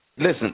Listen